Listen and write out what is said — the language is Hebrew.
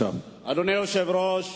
אדוני היושב-ראש,